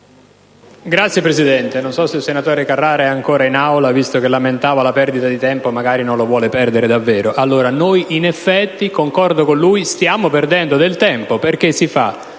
Signora Presidente, non so se il senatore Carrara è ancora in Aula, visto che lamentava la perdita di tempo e magari non lo vuole perdere davvero. Noi, in effetti - concordo con lui - stiamo perdendo del tempo perché si